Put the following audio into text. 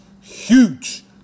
huge